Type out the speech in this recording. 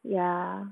ya